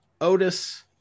Otis